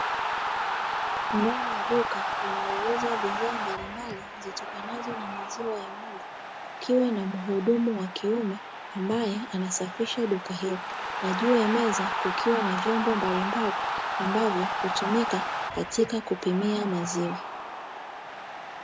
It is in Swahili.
Ndani ya duka linalouza bidhaa mbalimbali zitokanazo na maziwa ya ng'ombe, kukiwa na mhudumu wa kiume ambaye anasafisha duka hilo. Na juu ya meza kukiwa na vyombo mbalimbali ambavyo hutumika katika kupimia maziwa.